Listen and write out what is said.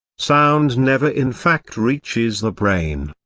sound never in fact reaches the brain.